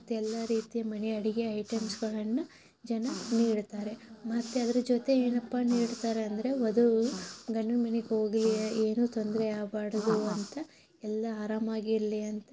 ಮತ್ತು ಎಲ್ಲ ರೀತಿಯ ಮನೆ ಅಡುಗೆ ಐಟಮ್ಸ್ಗಳನ್ನು ಜನ ನೀಡ್ತಾರೆ ಮತ್ತು ಅದ್ರ ಜೊತೆ ಏನಪ್ಪ ನೀಡ್ತಾರೆ ಅಂದರೆ ವಧು ಗಂಡನ ಮನೆಗೆ ಹೋಗಲಿ ಏನೂ ತೊಂದರೆ ಆಗ್ಬಾರ್ದು ಅಂತ ಎಲ್ಲ ಆರಾಮಾಗಿರಲಿ ಅಂತ